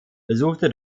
besuchte